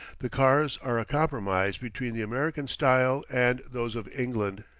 the cars are a compromise between the american style and those of england.